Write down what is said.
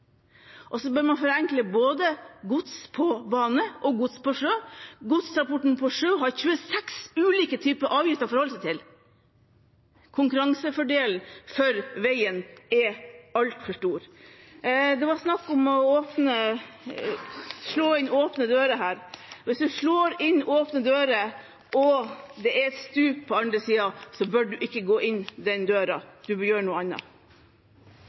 av. Så bør man forenkle for godstransporten på både bane og sjø. Godstransporten på sjø har 26 ulike typer avgifter å forholde seg til. Konkurransefordelen for veien er altfor stor. Det var snakk om å slå inn åpne dører her. Hvis man slår inn åpne dører og det er et stup på den andre siden, bør man ikke gå inn gjennom de dørene – man bør gjøre noe